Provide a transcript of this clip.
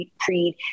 creed